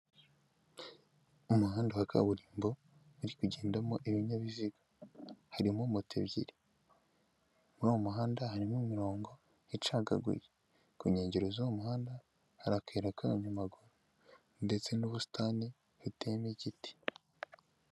Umuhanda wa kaburimbo uri kugendamo ibinyabiziga, harimo moto ebyiri, muri uwo muhanda harimo imirongo icagaguye, ku nkengero z'uwo muhanda hari akayira k'abanyamaguru ndetse n'ubusitani buteyemo igiti.